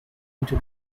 into